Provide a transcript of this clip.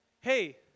hey